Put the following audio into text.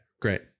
great